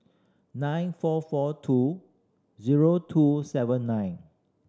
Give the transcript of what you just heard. nine four four two zero two seven nine